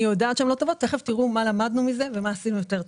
אני יודעת שהן לא טובות ותכף תראו מה למדנו מזה ומה עשינו יותר טוב.